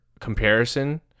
comparison